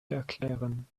erklären